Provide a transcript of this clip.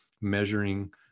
measuring